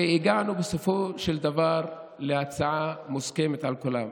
והגענו בסופו של דבר להצעה מוסכמת על כולם.